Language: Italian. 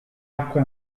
acque